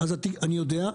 אני יודע,